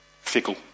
Fickle